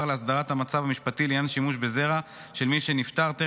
להסדרת המצב המשפטי לעניין שימוש בזרע של מי שנפטר טרם